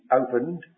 opened